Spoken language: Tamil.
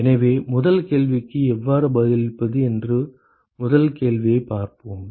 எனவே முதல் கேள்விக்கு எவ்வாறு பதிலளிப்பது என்று முதல் கேள்வியைப் பார்ப்போம்